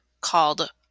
called